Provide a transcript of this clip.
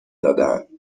دادهاند